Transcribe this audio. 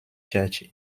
church